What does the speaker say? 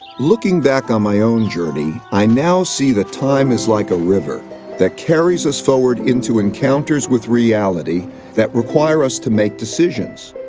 looking back on my own journey, i now see that time is like a river that carries us forward into encounters with reality that require us to make decisions.